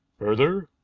further,